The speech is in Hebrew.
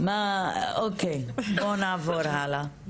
אוקיי, בואו נעבור הלאה.